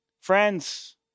Friends